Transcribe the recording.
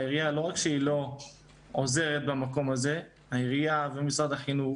העירייה לא רק שלא עוזרת במקום הזה אלא העירייה ומשרד החינוך